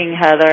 Heather